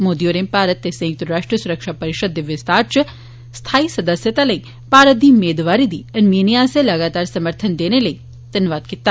मोदी होरें भारत ते संयुक्त राष्ट्र सुरक्षा परिषद दे विस्तार च स्थाई सदस्यता लेई भारत दी मेदवारी गी आर्मीनियां आस्सेआ लगातार समर्थन देने लेई घनवाद कीता